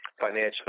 financial